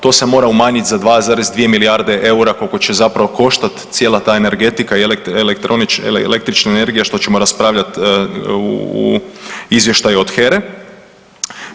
To se mora umanjiti za 2,2 milijarde eura koliko će zapravo koštati cijela ta energetika i električna energija što ćemo raspravljati u izvještaju od HERA-e.